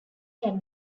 can